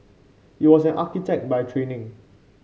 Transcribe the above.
he was an architect by training